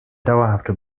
dauerhafter